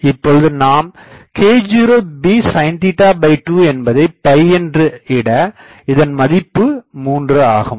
இப்பொழுது நாம் k0bsin2 என்பதை என்று இட இதன் மதிப்பு 3 ஆகும்